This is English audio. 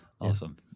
awesome